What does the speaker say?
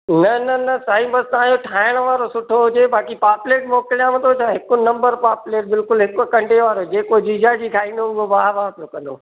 न न न साईं बसि तव्हांजो ठाहिण वारो सुठो हुजे बाक़ी पापलेट मोकिल्यांव थो त हिकु नम्बर पापलेट बिल्कुलु हिक कंॾे वारो जेको जीजाजी खाईंदो उहो वाह वाह पियो कंदो